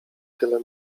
tyle